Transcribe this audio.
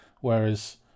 Whereas